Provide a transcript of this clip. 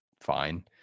fine